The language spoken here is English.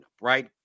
right